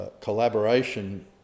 collaboration